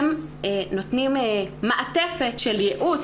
הם נותנים מעטפת של ייעוץ.